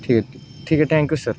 ठीक आहे ठीक आहे थँक्यू सर